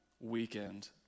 weekend